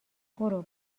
برو